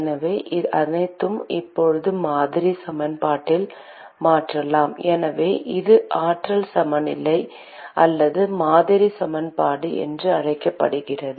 எனவே அனைத்தையும் இப்போது மாதிரி சமன்பாட்டில் மாற்றலாம் எனவே இது ஆற்றல் சமநிலை அல்லது மாதிரி சமன்பாடு என்று அழைக்கப்படுகிறது